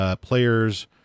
players